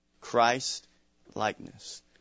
Christ-likeness